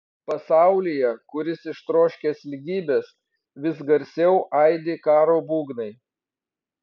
pasaulyje kuris ištroškęs lygybės vis garsiau aidi karo būgnai